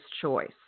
choice